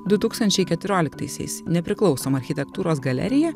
du tūkstančiai keturioliktaisiais nepriklausomą architektūros galeriją